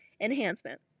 Enhancement